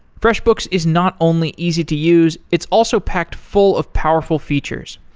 freshbooks is not only easy to use, it's also packed full of powerful features.